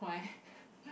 why